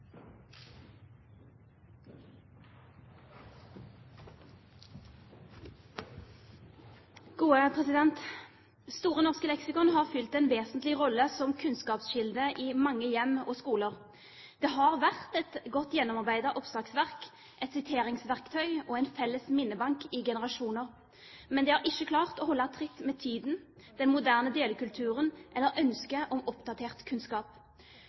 Store norske leksikon har fylt en vesentlig rolle som kunnskapskilde i mange hjem og skoler. Det har vært et godt gjennomarbeidet oppslagsverk, et siteringsverktøy og en felles minnebank i generasjoner. Men det har ikke klart å holde tritt med tiden, den moderne delekulturen eller ønsket om oppdatert kunnskap.